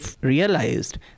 realized